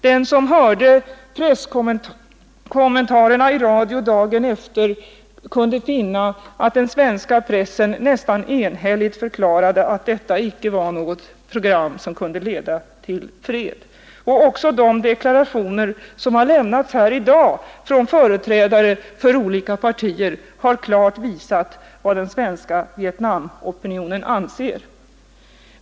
Den som hörde presskommentarerna i radio dagen efter kunde finna att den svenska pressen nästan enhälligt förklarade att detta inte var något program som kunde leda till fred. Också de deklarationer som lämnats här i dag från företrädare för olika partier har klart visat vad den svenska Vietnamopinionen anser.